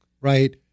right